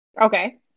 Okay